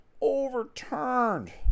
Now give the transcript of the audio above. overturned